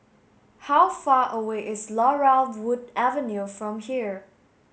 how far away is Laurel Wood Avenue from here